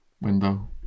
Window